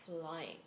flying